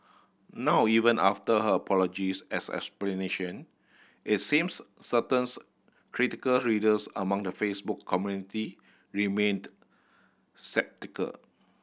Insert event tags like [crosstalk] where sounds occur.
now even after her apologies as explanation it seems certain [unintelligible] critical readers among the Facebook community remained [unintelligible]